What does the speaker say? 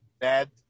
bad